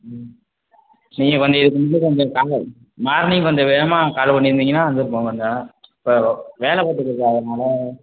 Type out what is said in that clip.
ம் நீங்கள் கொஞ்சம் இன்னும் கொஞ்சம் காலைல மார்னிங் கொஞ்சம் வேகமாக காலு பண்ணியிருந்தீங்கன்னா வந்திருப்போம் கொஞ்சம் இப்போ வேலை பார்த்துட்டு இருக்கேன் அதனால்